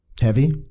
Heavy